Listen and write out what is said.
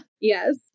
Yes